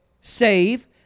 save